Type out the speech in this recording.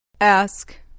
Ask